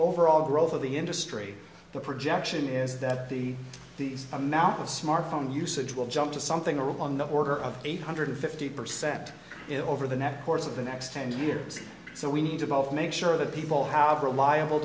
overall growth of the industry the projection is that the the amount of smartphone usage will jump to something or on the order of eight hundred fifty percent over the next course of the next ten years so we need to make sure that people have reliable